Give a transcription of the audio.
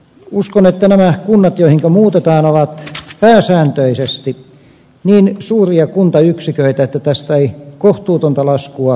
uskon että nämä kunnat joihinka muutetaan ovat pääsääntöisesti niin suuria kuntayksiköitä että tästä ei kohtuutonta laskua tulle